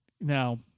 now